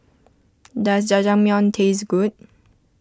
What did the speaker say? does Jajangmyeon taste good